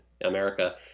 America